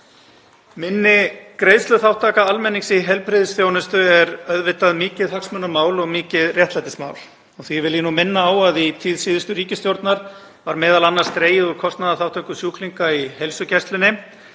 Minni greiðsluþátttaka almennings í heilbrigðisþjónustu er auðvitað mikið hagsmunamál og mikið réttlætismál. Því vil ég minna á að í tíð síðustu ríkisstjórnar var m.a. dregið úr kostnaðarþátttöku sjúklinga í heilsugæslunni,